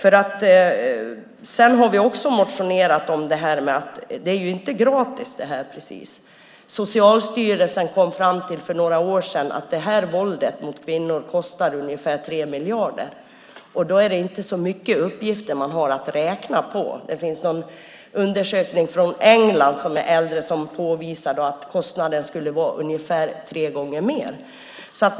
Vi har också motionerat om att det här inte precis är gratis. Socialstyrelsen kom för några år sedan fram till att våldet mot kvinnor kostar ungefär 3 miljarder, och då är det inte så mycket uppgifter man har att räkna på. Det finns en äldre undersökning från England som påvisar att kostnaden skulle vara ungefär tre gånger så stor.